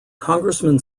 congressman